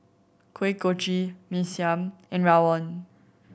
Kuih Kochi Mee Siam and rawon